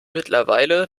mittlerweile